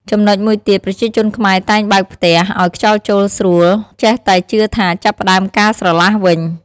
ចំណុចមួយទៀតប្រជាជនខ្មែរតែងបើកផ្ទះ ឲ្យខ្យល់ចូលស្រួល ចេះតែជឿថាចាប់ផ្ដើមការស្រឡះវិញ។